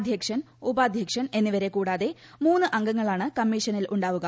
അധൃക്ഷൻ ഉപാദ്ധ്യക്ഷൻ എന്നിവരെ കൂടാതെ മൂന്ന് അംഗങ്ങളാണ് കമ്മീഷനിൽ ഉണ്ടാവുക